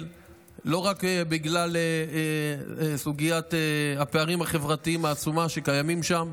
לא רק בגלל סוגיית הפערים החברתיים העצומה שקיימת שם,